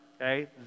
okay